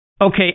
Okay